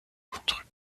contre